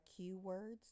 keywords